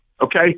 okay